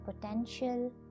potential